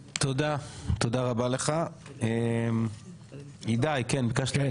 תודה, תודה רבה לך, הידי כן ביקשת להתייחס, בבקשה.